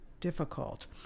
difficult